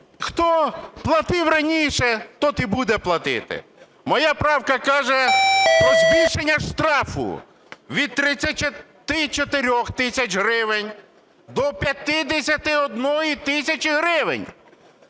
Хто платив раніше, той і буде платити. Моя правка каже про збільшення штрафу від 34 тисяч гривень до 51 тисячі гривень.